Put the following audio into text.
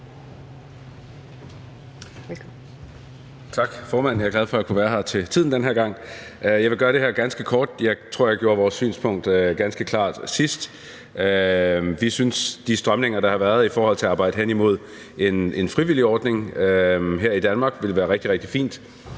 Tak, formand. Jeg er glad for, at jeg kunne være her til tiden den her gang. Jeg vil gøre det her ganske kort. Jeg tror, at jeg gjorde vores synspunkt ganske klart sidst. Vi synes, at de strømninger, der har været i forhold til at arbejde hen imod en frivillig ordning her i Danmark, er rigtig, rigtig fine,